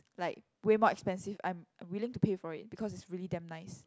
like way more expensive I'm willing to pay for it because is really damn nice